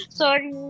sorry